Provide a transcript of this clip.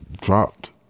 Dropped